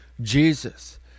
Jesus